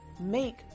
Make